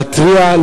להתריע,